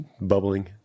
bubbling